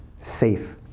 safe,